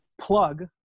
plug